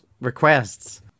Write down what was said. requests